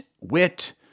wit